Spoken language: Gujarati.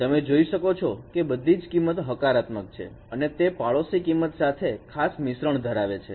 તમે જોઈ શકો છો કે બધી જ કિંમત હકારાત્મક છે અને તેપાડોશી કિંમત સાથે ખાસ મિશ્રણ ધરાવે છે